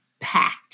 packed